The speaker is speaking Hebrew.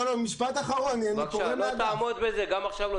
בבקשה, לא תעמוד בזה גם עכשיו.